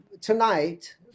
tonight